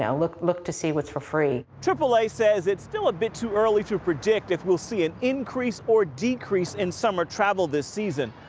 yeah look look to see what's for free. triple a says it's still a bit too early to predict if we will see an increase or decrease in summer travel this season.